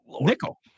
Nickel